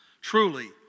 truly